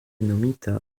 nomita